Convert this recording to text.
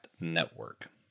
Network